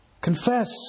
Confess